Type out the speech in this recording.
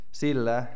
sillä